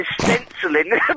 stenciling